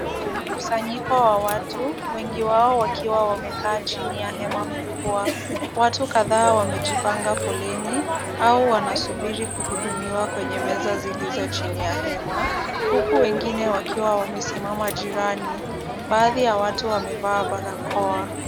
Mkusanyiko wa watu, wengi wao wakiwa wamekaa chini ya hema kubwa. Watu kadhaa wamejipanga foleni au wanasubiri kuhudumiwa kwenye meza zilizo chini ya hema, huku wengine wakiwa wamesimama jirani. Baadhi ya watu wamevaa barakoa.